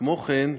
כמו כן,